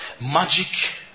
Magic